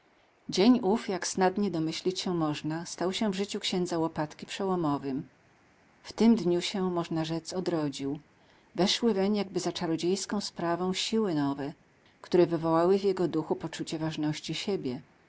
dzień ów jak snadnie domyślić się można stał się w życiu księdza łopatki przełomowym w tym dniu się można rzec odrodził weszły weń jakby za czarodziejską sprawą siły nowe które wywołały w jego duchu poczucie ważności siebie